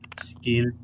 skill